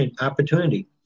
opportunity